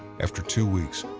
after two weeks,